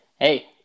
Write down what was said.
hey